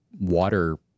water